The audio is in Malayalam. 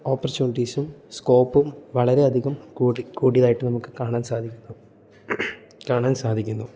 ഓപ്പർച്യൂണിറ്റീസും സ്കോപ്പും വളരെ അധികം കൂടി കൂടിയതായിട്ട് നമുക്ക് കാണാൻ സാധിക്കുന്നു കാണാൻ സാധിക്കുന്നു